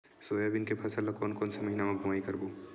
Soybean के फसल ल कोन कौन से महीना म बोआई करबो?